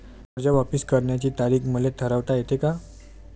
कर्ज वापिस करण्याची तारीख मले ठरवता येते का?